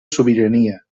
sobirania